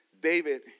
David